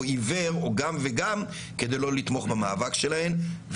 עיוור או גם וגם כדי לא לתמוך במאבק שלהן,